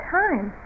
time